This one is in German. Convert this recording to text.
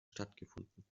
stattgefunden